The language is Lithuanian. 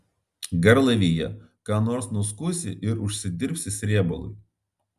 garlaivyje ką nors nuskusi ir užsidirbsi srėbalui